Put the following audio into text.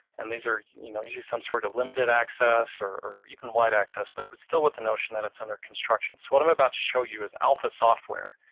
and these are, you know, usually some sort of limited access or even wide access. but it's still with the notion that's under construction. so what i'm about to show you is alpha software.